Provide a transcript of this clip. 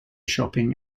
shopping